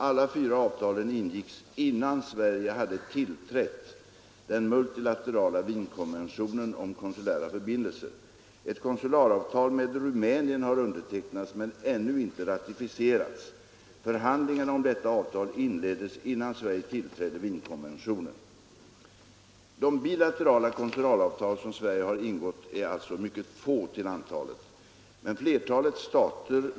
Alla fyra avtalen in gicks innan Sverige hade tillträtt den multilaterala Wienkonventionen om konsulära förbindelser. Ett konsularavtal med Rumänien har undertecknats men ännu inte ratificerats. Förhandlingarna om detta avtal inleddes innan Sverige tillträdde Wienkonventionen. De bilaterala konsularavtal som Sverige har ingått är alltså mycket få till antalet.